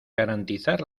garantizar